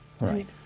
Right